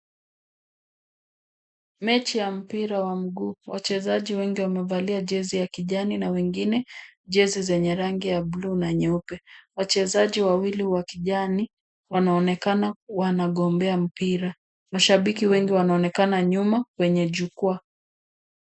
Mechi ya mpira wa mguu. Wachezaji wengi wamevalia jezi ya kijani na wengine jezi zenye rangi ya bluu na nyeupe. Wachezaji wawili wa kijani wanaonekana wanagombea mpira. Mashabiki wengi wanaonekana nyuma kwenye jukwaa.